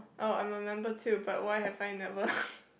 oh I'm a member too but why have I never